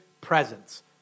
presence